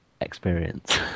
experience